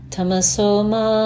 Tamasoma